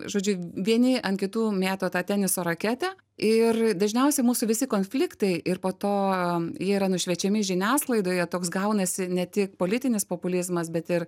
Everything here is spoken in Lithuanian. žodžiu vieni ant kitų mėto tą teniso raketę ir dažniausiai mūsų visi konfliktai ir po to jie yra nušviečiami žiniasklaidoje toks gaunasi ne tik politinis populizmas bet ir